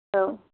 औ